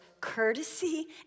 courtesy